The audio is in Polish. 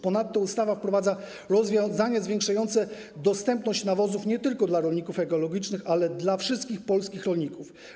Ponadto ustawa wprowadza rozwiązanie zwiększające dostępność nawozów nie tylko dla rolników ekologicznych, ale i dla wszystkich polskich rolników.